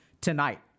Tonight